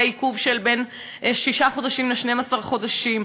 יהיה לפחות בין שישה חודשים ל-12 חודשים.